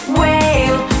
whale